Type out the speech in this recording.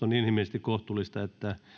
on inhimillisesti kohtuullista että